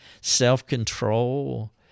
self-control